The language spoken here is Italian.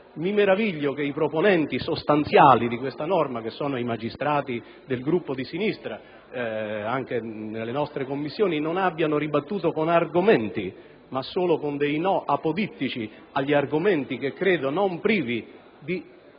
mi meraviglio che i proponenti sostanziali di questa norma, che sono i magistrati del Gruppo PD, anche nelle nostre Commissioni, abbiano ribattuto solo con dei "no" apodittici agli argomenti credo non privi di